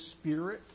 Spirit